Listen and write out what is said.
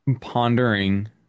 pondering